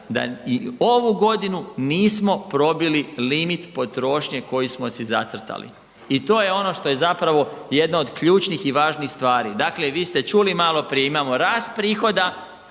da i ovu godinu nismo probili limit potrošnje koju smo si zacrtali i to je ono što je zapravo jedna od ključnih i važnih stvari, dakle vi ste čuli maloprije, imamo rast prihoda,